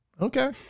Okay